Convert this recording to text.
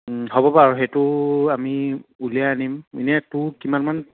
হ'ব বাৰু সেইটো আমি উলিয়াই আনিম এনেই তোৰ কিমানমান